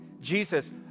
Jesus